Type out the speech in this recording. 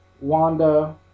Wanda